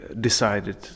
decided